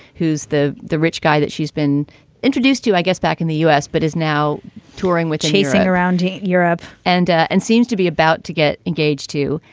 who's the the rich guy that she's been introduced to, i guess, back in the u s, but is now touring with chasing around europe and and seems to be about to get engaged to.